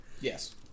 Yes